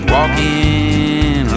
Walking